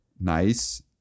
Nice